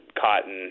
Cotton